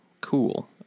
Cool